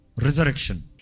Resurrection